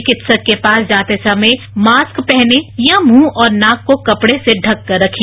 चिकित्सक के पास जाते समय मास्क पहनें या मुंह और नाक को कपड़े से ढककर रखें